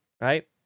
right